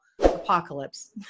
apocalypse